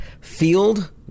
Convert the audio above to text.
field